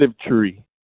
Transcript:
tree